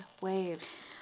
waves